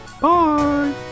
Bye